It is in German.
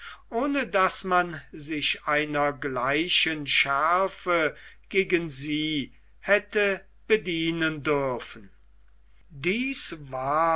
ohne daß man sich einer gleichen schärfe gegen sie hätte bedienen dürfen dies war